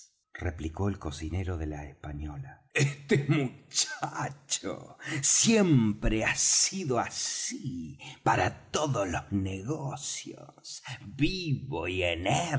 replicó el cocinero de la española este muchacho siempre ha sido así para todos los negocios vivo y